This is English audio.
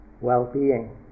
well-being